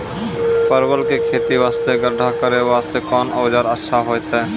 परवल के खेती वास्ते गड्ढा करे वास्ते कोंन औजार अच्छा होइतै?